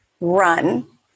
run